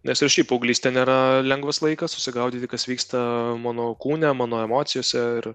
nes ir šiaip paauglystė nėra lengvas laikas susigaudyti kas vyksta mano kūne mano emocijose ir